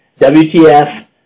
WTF